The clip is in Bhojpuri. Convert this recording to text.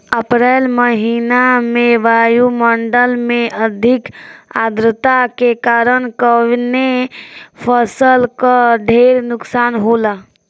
अप्रैल महिना में वायु मंडल में अधिक आद्रता के कारण कवने फसल क ढेर नुकसान होला?